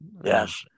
Yes